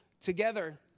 together